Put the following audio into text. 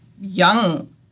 young